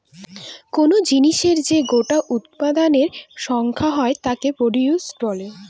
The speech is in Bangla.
কোন জিনিসের যে গোটা উৎপাদনের সংখ্যা হয় তাকে প্রডিউস বলে